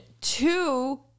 two